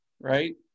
right